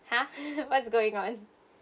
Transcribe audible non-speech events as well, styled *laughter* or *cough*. !huh! *laughs* what's going on